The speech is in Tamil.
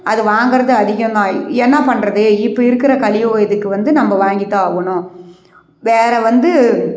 அது வாங்குவது அதிகம்தான் என்ன பண்ணுறது இப்போ இருக்கிற கலியுக இதுக்கு வந்து நம்ம வாங்கித்தான் ஆகணும் வேறு வந்து